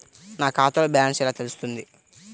నా ఖాతాలో బ్యాలెన్స్ ఎలా తెలుస్తుంది?